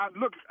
look